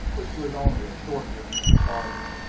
which was only a short distance farther.